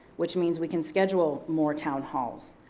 which means we can schedule more town halls.